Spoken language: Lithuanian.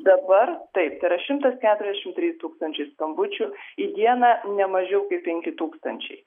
dabar taip tai yra šimtas keturiasdešim trys tūkstančiai skambučių į dieną ne mažiau kaip penki tūkstančiai